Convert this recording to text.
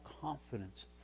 confidence